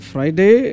Friday